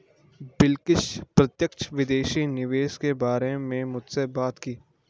बिलकिश प्रत्यक्ष विदेशी निवेश के बारे में मुझसे बात की